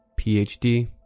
PhD